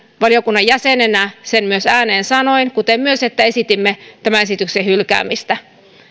valiokunnan jäsenenä sen myös ääneen sanoin kuten myös esitimme tämän esityksen hylkäämistä